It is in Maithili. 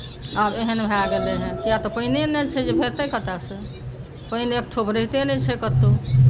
आब एहन भए गेलै हेँ किया तऽ पानिए नहि छै जे हेतै कतयसँ पानि एक ठोप रहिते नहि छै कतहु